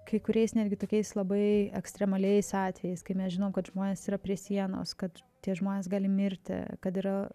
kai kuriais netgi tokiais labai ekstremaliais atvejais kai mes žinom kad žmonės yra prie sienos kad tie žmonės gali mirti kad yra